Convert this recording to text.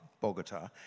Bogota